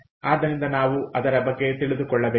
ಆದ್ದರಿಂದ ನಾವು ಅದರ ಬಗ್ಗೆ ತಿಳಿದುಕೊಳ್ಳಬೇಕು